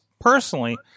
personally